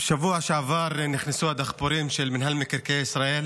בשבוע שעבר נכנסו הדחפורים של מינהל מקרקעי ישראל